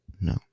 no